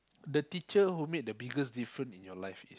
the teacher who made the biggest different in your life